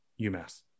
UMass